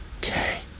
okay